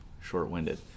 Short-winded